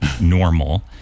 normal